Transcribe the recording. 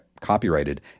copyrighted